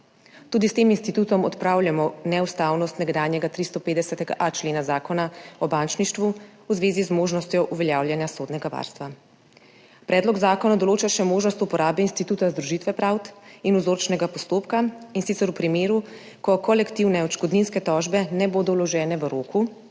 Tudi s tem institutom odpravljamo neustavnost nekdanjega 350a. člena Zakona o bančništvu v zvezi z možnostjo uveljavljanja sodnega varstva. Predlog zakona določa še možnost uporabe instituta združitve pravd in vzorčnega postopka, in sicer v primeru, ko kolektivne odškodninske tožbe ne bodo vložene v roku